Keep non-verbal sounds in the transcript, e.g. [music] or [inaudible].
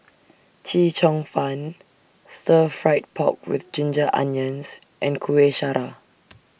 Chee Cheong Fun Stir Fried Pork with Ginger Onions and Kuih Syara [noise]